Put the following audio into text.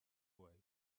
way